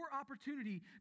opportunity